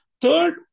Third